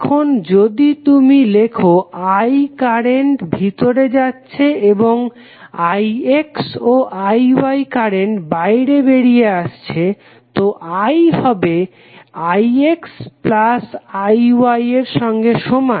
এখন যদি তুমি লেখো I কারেন্ট ভিতরে যাচ্ছে এবং IX ও IY কারেন্ট বাইরে বেরিয়ে আসছে তো I হবে IXIY এর সঙ্গে সমান